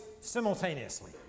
simultaneously